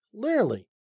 Clearly